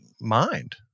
mind